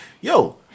yo